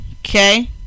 Okay